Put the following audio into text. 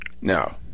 Now